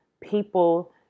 people